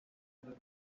bafana